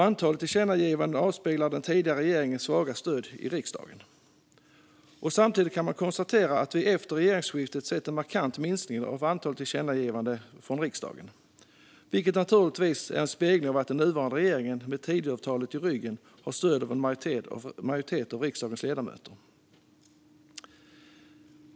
Antalet tillkännagivanden avspeglar den tidigare regeringens svaga stöd i riksdagen. Man kan konstatera att vi efter regeringsskiftet har sett en markant minskning av antalet tillkännagivanden från riksdagen, vilket naturligtvis är en spegling av att den nuvarande regeringen med Tidöavtalet i ryggen har stöd av en majoritet av riksdagens ledamöter.